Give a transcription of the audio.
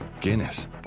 Guinness